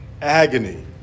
agony